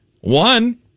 one